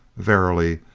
verily,